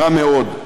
רע מאוד.